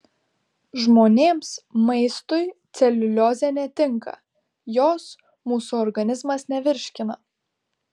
žmonėms maistui celiuliozė netinka jos mūsų organizmas nevirškina